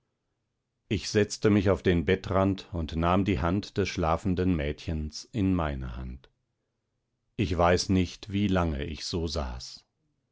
ich setzte mich auf den bettrand und nahm die hand des schlafenden mädchens in meine hand ich weiß nicht wie lange ich so saß